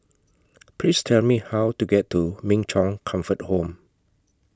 Please Tell Me How to get to Min Chong Comfort Home